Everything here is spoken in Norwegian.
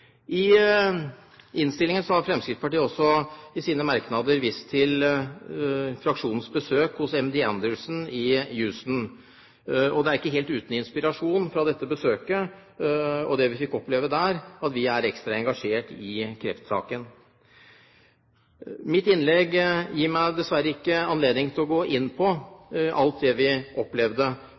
I innstillingen har Fremskrittspartiet også i sine merknader vist til fraksjonens besøk hos MD Anderson Cancer Center i Houston, og det er ikke helt uten inspirasjon fra dette besøket og det vi fikk oppleve der, at vi er ekstra engasjert i kreftsaken. Mitt innlegg gir meg dessverre ikke anledning til å gå inn på alt det vi opplevde,